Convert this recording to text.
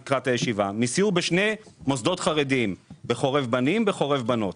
מסיור בשני מוסדות חרדיים: בחורב בנים ובחורב בנות.